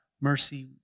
mercy